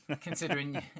Considering